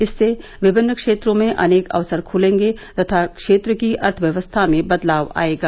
इससे विभिन्न क्षेत्रों में अनेक अवसर खुलेंगे तथा क्षेत्र की अर्थव्यवस्था में बदलाव आएगा